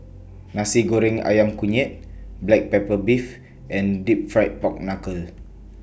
Nasi Goreng Ayam Kunyit Black Pepper Beef and Deep Fried Pork Knuckle